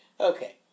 Okay